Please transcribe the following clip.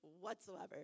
whatsoever